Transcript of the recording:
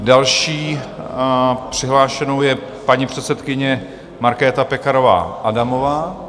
Další přihlášenou je paní předsedkyně Markéta Pekarová Adamová.